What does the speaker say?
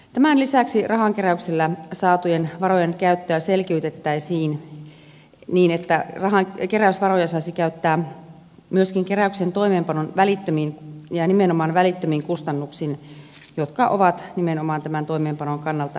tämän lisäksi rahankeräyksellä saatujen varojen käyttöä selkiytettäisiin niin että keräysvaroja saisi käyttää myöskin keräyksen toimeenpanon välittömiin ja nimenomaan välittömiin kustannuksiin jotka ovat nimenomaan tämän toimeenpanon kannalta välttämättömiä